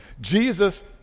Jesus